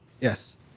Yes